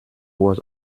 was